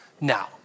Now